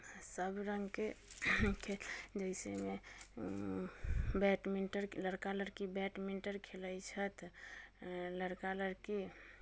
सभ रङ्गके खेल जइसेमे बैडमिन्टन लड़का लड़की बैडमिन्टन खेलैत छथि लड़का लड़की